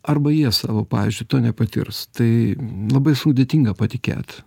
arba jie savo pavyzdžiui to nepatirs tai labai sudėtinga patikėt